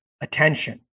attention